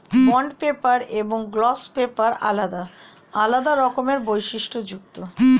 bond paper এবং gloss paper আলাদা আলাদা রকমের বৈশিষ্ট্যযুক্ত